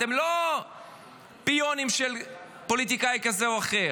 אתם לא פיונים של פוליטיקאי כזה או אחר.